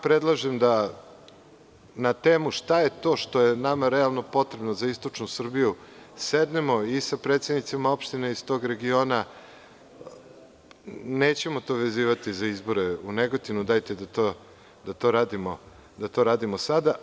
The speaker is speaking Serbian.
Predlažem da na temu šta je to što je nama realno potrebno za istočnu Srbiju, sednemo i sa predsednicima opština iz tog regiona, nećemo to vezivati za izbore u Negotinu, dajte da to radimo sada.